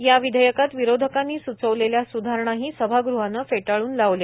या विधेयकात विरोधकांनी सुचवलेल्या सुधारणाही सभागृहानं फेटाळून लावल्या